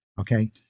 okay